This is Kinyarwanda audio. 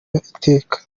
iteka